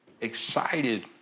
Excited